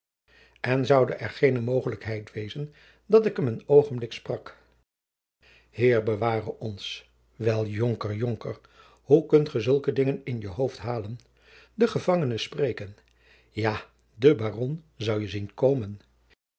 en zoude er geene mogelijkheid wezen dat ik hem een oogenblik sprak heer beware ons wel jonker jonker hoe kunt ge zulke dingen in je hoofd halen den gevangene spreken ja de baron zou je zien komen